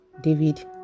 David